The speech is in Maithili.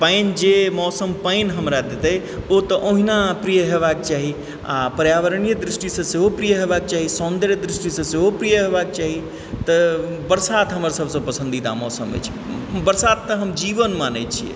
पानि जे मौसम पानि हमरा देतय ओ तऽ ओहुना प्रिय हेबाक चाही आ पर्यावरणीय दृष्टिसे सेहो प्रिय हेबाक चाही सौन्दर्य दृष्टिसे सेहो प्रिय हेबाक चाही तऽ बरसात हमर सभसे पसन्दीदा मौसम अछि बरसातके हम जीवन मानय छियै